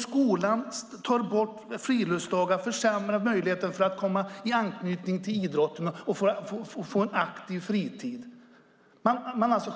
Skolan tar bort friluftsdagar och försämrar möjligheten att få en anknytning till idrotten och få en aktiv fritid. Man skär alltså